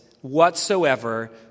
whatsoever